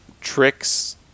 tricks